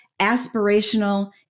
aspirational